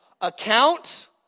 Account